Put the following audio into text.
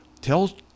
Tell